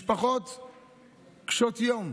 משפחות קשות-יום,